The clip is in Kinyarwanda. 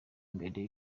mbere